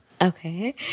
Okay